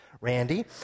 Randy